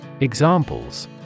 Examples